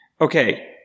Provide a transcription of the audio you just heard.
Okay